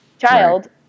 child